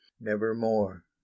nevermore